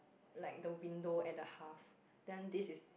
like the window at the half then this is